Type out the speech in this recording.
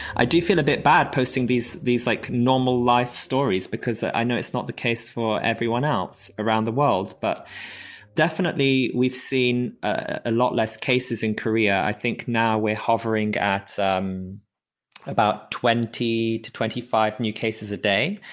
i do feel a bit bad posting these these like normal life stories because i know it's not the case for everyone else around the world. but definitely we've seen a lot less cases in korea i think now we're hovering at um about twenty to twenty five new cases a day.